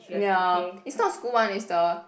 ya is not school one is the